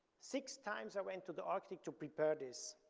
six times i went to the arctic to prepare this